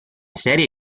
serie